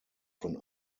von